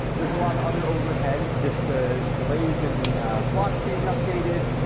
there's a lot of other overheads, just the delays in blocks being updated,